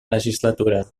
legislatura